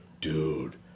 Dude